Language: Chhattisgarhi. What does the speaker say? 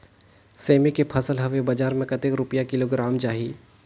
सेमी के फसल हवे बजार मे कतेक रुपिया किलोग्राम जाही?